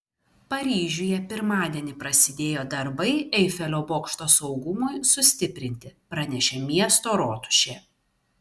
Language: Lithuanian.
paryžiuje pirmadienį prasidėjo darbai eifelio bokšto saugumui sustiprinti pranešė miesto rotušė